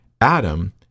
Adam